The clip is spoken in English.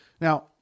Now